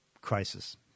crisis